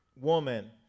woman